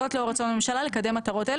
זאת לאור רצון הממשלה לקדם מטרות אלה,